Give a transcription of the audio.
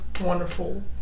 wonderful